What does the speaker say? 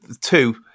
two